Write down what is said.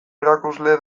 erakusle